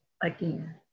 again